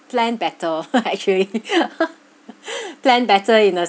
plan better actually plan better in the